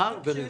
לשכר ורווח.